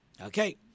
Okay